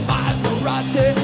Maserati